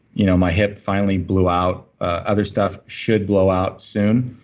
you know my hip finally blew out. other stuff should blow out soon.